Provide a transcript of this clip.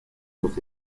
los